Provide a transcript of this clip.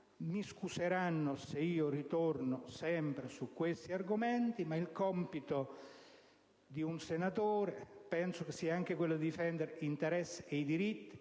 scusa se ritorno sempre su questi argomenti, ma il compito di un senatore penso sia anche quello di difendere gli interessi e i diritti